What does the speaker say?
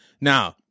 Now